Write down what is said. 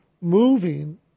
moving